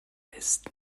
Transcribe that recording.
ist